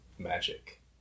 magic